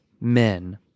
men